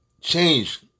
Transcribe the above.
change